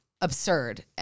absurd